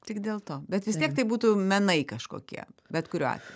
tik dėl to bet vis tiek tai būtų menai kažkokie bet kuriuo atveju